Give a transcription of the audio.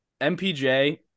mpj